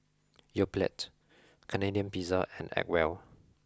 Yoplait Canadian Pizza and Acwell